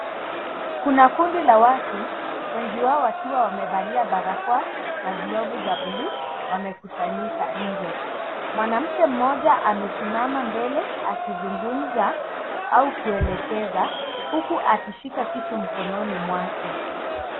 Kuna kundi la watu ,wengi wao wakiwa wamevalia barakoa na glovu za bluu wamekusanyika nje. Mwanamke mmoja amesimama mbele akizungumza au kuelekeza huku akishika kitu mkononi mwake.